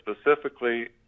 specifically